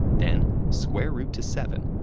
then, square root to seven,